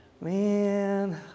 Man